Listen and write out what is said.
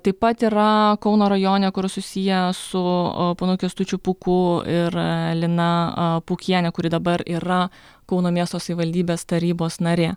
taip pat yra kauno rajone kur susiję su ponu kęstučiu pūku ir lina a pūkiene kuri dabar yra kauno miesto savivaldybės tarybos narė